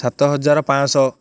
ସାତ ହଜାର ପାଞ୍ଚଶହ